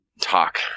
talk